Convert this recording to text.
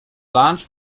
lunch